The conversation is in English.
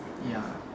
ya